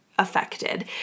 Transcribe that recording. affected